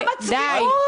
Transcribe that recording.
כמה צביעות.